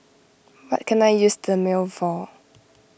what can I use Dermale for